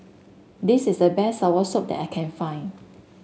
this is the best Soursop that I can find